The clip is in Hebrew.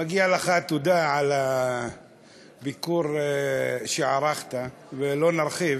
מגיעה לך תודה על הביקור שערכת, ולא נרחיב,